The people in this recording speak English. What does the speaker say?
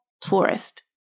tourist